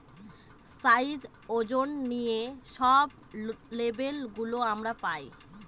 size, ওজন নিয়ে সব লেবেল গুলো আমরা পায়